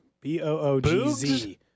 B-O-O-G-Z